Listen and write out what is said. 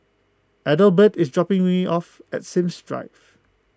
Adelbert is dropping me off at Sims Drive